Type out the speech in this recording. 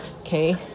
Okay